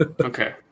Okay